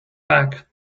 back